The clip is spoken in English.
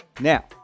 Now